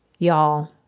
Y'all